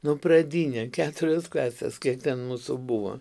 nu pradinė keturios klasės kiek ten mūsų buvo